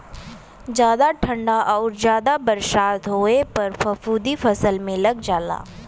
जादा ठंडा आउर जादा बरसात होए पर फफूंदी फसल में लग जाला